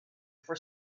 for